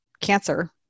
cancer